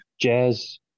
jazz –